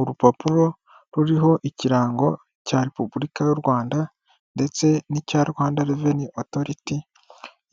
Urupapuro ruriho ikirango cya Repubulika y'u Rwanda ndetse n'icya Rwanda reveni otoriti,